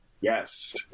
Yes